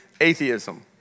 atheism